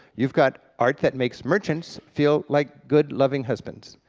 you've got art that makes merchants feel like good loving husbands,